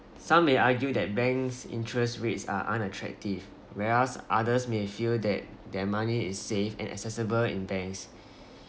some may argue that banks' interest rates are unattractive whereas others may feel that their money is safe and accessible in banks